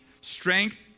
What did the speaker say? strength